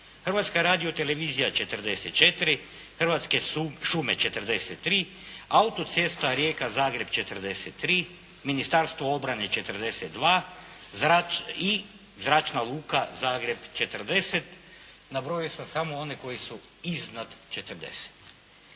Hrvatska radiotelevizija 44, Hrvatske šume 43, autocesta Rijeka-Zagreb 43, Ministarstvo obrane 42 i zračna luka Zagreb 40. Nabrojao sam samo one koji su iznad 40.